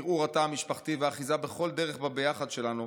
ערעור התא המשפחתי ואחיזה בכל דרך בביחד שלנו,